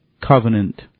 covenant